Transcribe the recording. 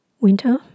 winter